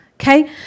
Okay